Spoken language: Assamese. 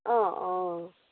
অঁ অঁ